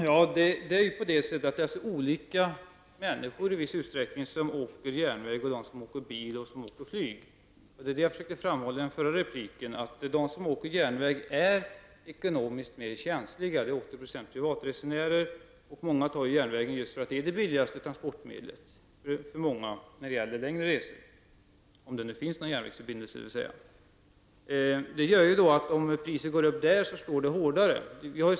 Herr talman! I viss utsträckning är det olika människor som åker tåg, bil eller flyg. Jag försökte framhålla i mitt tidigare inlägg att de som åker tåg är ekonomiskt mer känsliga. De är till 80 % privatresenärer. Många utnyttjar järnvägen just för att det är det billigaste transportmedlet när det gäller längre resor -- om det finns någon järnvägsförbindelse. Om priserna på järnvägen går upp slår det alltså hårdare.